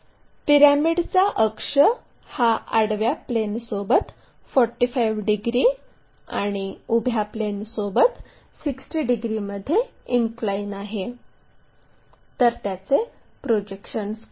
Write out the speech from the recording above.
पिरॅमिडचा अक्ष हा आडव्या प्लेनसोबत 45 डिग्री आणि उभ्या प्लेन सोबत 60 डिग्रीमध्ये इनक्लाइन आहे तर त्याचे प्रोजेक्शन्स काढा